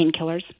painkillers